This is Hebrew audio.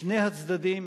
שני הצדדים